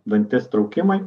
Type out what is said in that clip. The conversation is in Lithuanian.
dantis traukimai